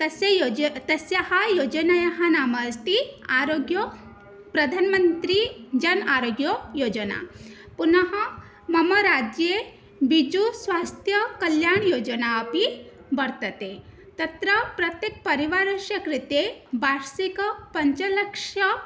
तस्य योज् तस्याः योजनायाः नाम अस्ति आरोग्यप्रधानमन्त्रिजन आरोग्य योजना पुनः मम राज्ये विजुस्वास्थ्यकल्याणयोजना अपि वर्तते तत्र प्रत्येकं परिवारस्य कृते वार्षिकपञ्चलक्ष